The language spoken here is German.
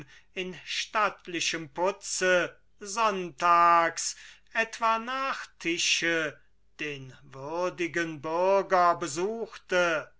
in stattlichem putze sonntags etwa nach tische den würdigen bürger besuchte